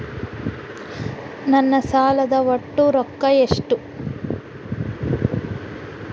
ನನ್ನ ಸಾಲದ ಒಟ್ಟ ರೊಕ್ಕ ಎಷ್ಟು?